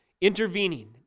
intervening